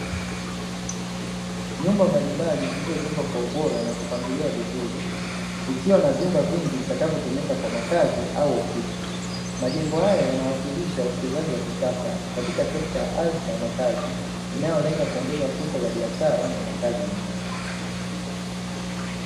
Nyumba mbalimbali zilizojengwa kwa ubora na kupangiliwa vizuri, ikiwa na vyumba vingi vitakavyotumika kwa makazi au ofisi. Majengo haya yanawakilisha uwekezaji wa kisasa katika sekta ya ardhi na makazi, inayolenga kuongeza fursa za biashara na makazi.